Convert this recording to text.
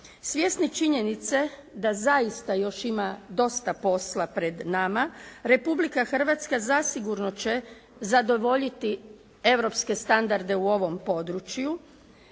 Svjesni činjenice da zaista još ima dosta posla pre nama, Republika Hrvatska zasigurno će zadovoljiti europske standarde u ovom području